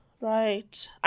right